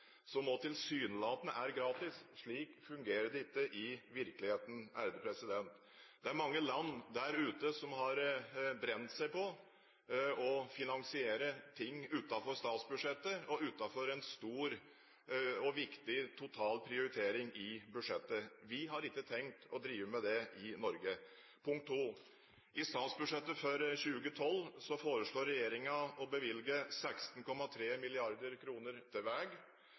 tilsynelatende også er gratis – fungerer ikke i virkeligheten. Det er mange land der ute som har brent seg på å finansiere ting utenfor statsbudsjettet og utenfor en stor og viktig totalprioritering i budsjettet. Vi har ikke tenkt å drive med det i Norge. I statsbudsjettet for 2012 foreslår regjeringen å bevilge 16,3 mrd. kr til veg,